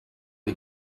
die